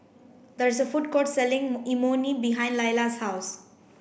there is a food court selling Imoni behind Lailah's house